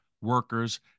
workers